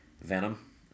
Venom